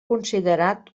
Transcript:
considerat